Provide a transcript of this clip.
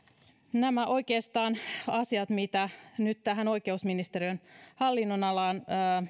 nämä oikeastaan olivat asiat mitä nyt tähän oikeusministeriön hallinnonalaan